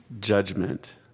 judgment